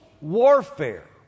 warfare